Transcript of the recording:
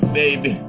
baby